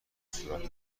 صورت